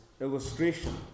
illustration